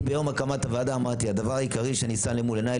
אני ביום הקמת הוועדה אמרתי: הדבר העיקרי שנישא אל מול עיניי,